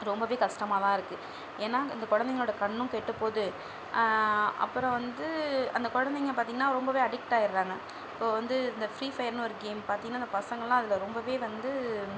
ரொம்பவே கஷ்டமாகதான் இருக்குது ஏன்னா அந்த குழந்தைங்களோட கண்ணும் கெட்டுப்போகுது அப்புறம் வந்து அந்த குழந்தைங்க பார்த்திங்கன்னா ரொம்பவே அடிக்ட் ஆகிடுறாங்க இப்போது வந்து இந்த ஃபிரீ ஃபயர்னு ஒரு கேம் பார்த்திங்கனா இந்த பசங்கலாம் அதில் ரொம்பவே வந்து